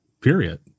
period